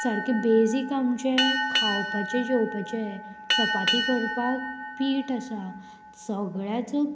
सारकें बेजीक आमचें खावपाचें जेवपाचें चपाती करपाक पीठ आसा सगळ्याच